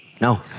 No